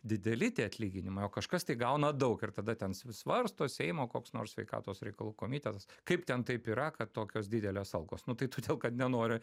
dideli tie atlyginimai o kažkas tai gauna daug ir tada ten vis svarsto seimo koks nors sveikatos reikalų komitetas kaip ten taip yra kad tokios didelės algos nu tai todėl kad nenori